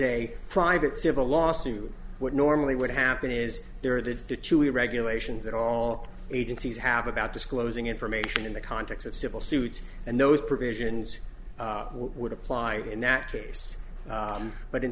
a private civil lawsuit what normally would happen is there it is to chile regulations that all agencies have about disclosing information in the context of civil suits and those provisions would apply inactive but in